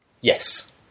yes